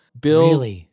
Bill